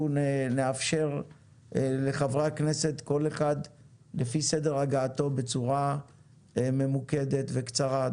נאפשר לחברי הכנסת כל אחד לפי סדר הגעתו בצורה ממוקשת וקצרה.